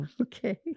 Okay